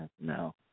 no